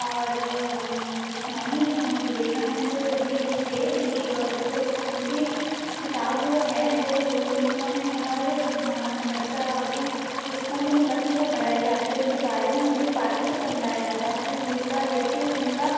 और स्वामी अ विवेकानंद जी जो थे उनकी अ एक उनकी किताब है जो दुनिया में हर इंसान बच्चा भी स्कूलों में बच्चों को पढ़ाई जाती है उनके बारे में उनके पात्र को समझाया जाता है कि इनका व्यक्तित्व इनका